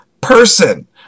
person